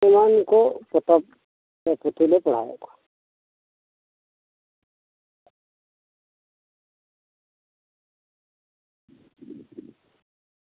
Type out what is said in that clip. ᱮᱢᱟᱱ ᱠᱚ ᱯᱚᱛᱚᱵ ᱯᱩᱛᱷᱤ ᱞᱮ ᱯᱟᱲᱦᱟᱣᱮᱫ ᱠᱚᱣᱟ